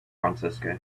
francisco